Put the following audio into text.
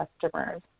customers